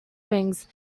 wings